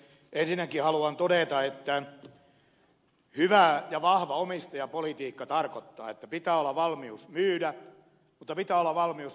ensinnäkin haluan todeta että hyvä ja vahva omistajapolitiikka tarkoittaa että pitää olla valmius myydä mutta pitää olla valmius myöskin ostaa